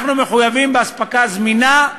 אנחנו מחויבים לאספקה זמינה,